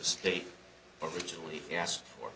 state originally asked for